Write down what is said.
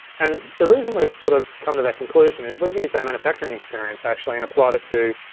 and the reason we've sort of come to that conclusion, is we've used our manufacturing experience actually, and applied it to